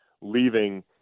leaving